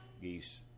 geese